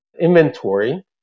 inventory